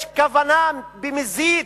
הכוונה, יש כוונה, במזיד,